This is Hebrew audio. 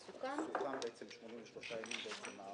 סוכם על 83 ימים.